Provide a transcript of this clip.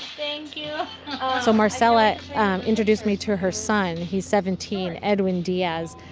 thank you so marcela introduced me to her son he's seventeen edwin diaz.